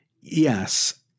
Yes